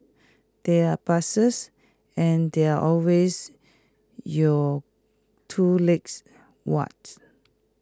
there are buses and there are always your two legs what's